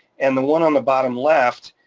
and the one on the bottom left,